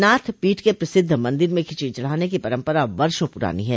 नाथ पीठ के प्रसिद्ध मंदिर में खिचड़ी चढ़ाने की परम्परा वर्षो पुरानी है